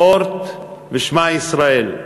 "אורט" ו"שמע ישראל".